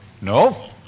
no